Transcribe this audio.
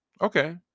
Okay